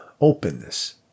openness